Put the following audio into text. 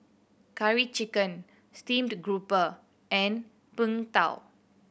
Curry Chicken steamed grouper and Png Tao